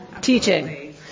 teaching